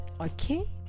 okay